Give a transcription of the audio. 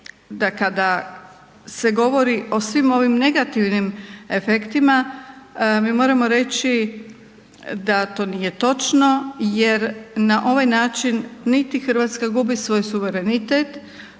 da kada se govori o svim ovim negativnim efektima, mi moramo reći da to nije točno jer na ovaj način niti Hrvatska gubi svoj suverenitet